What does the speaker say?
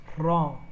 wrong